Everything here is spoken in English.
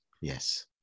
yes